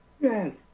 Yes